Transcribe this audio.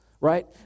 right